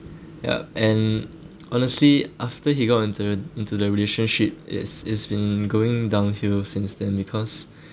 three yup and honestly after he got into a into the relationship it's it's been going downhill since then because